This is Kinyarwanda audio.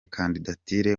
kandidatire